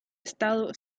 estado